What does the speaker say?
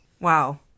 Wow